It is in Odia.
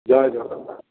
ଜୟ ଜଗନ୍ନାଥ